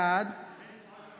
בעד